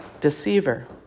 deceiver